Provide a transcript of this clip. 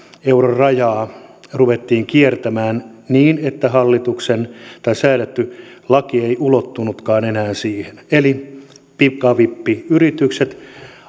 euron rajaa ruvettiin kiertämään niin että säädetty laki ei ulottunutkaan enää siihen eli pikavippiyritykset